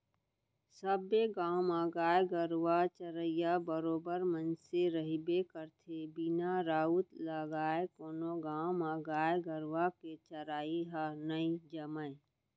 सबे गाँव म गाय गरुवा चरइया बरोबर मनसे रहिबे करथे बिना राउत लगाय कोनो गाँव म गाय गरुवा के चरई ह नई जमय